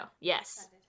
yes